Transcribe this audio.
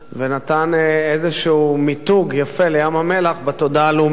ונתן איזשהו מיתוג יפה לים-המלח בתודעה הלאומית.